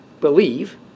believe